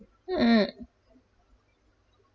mm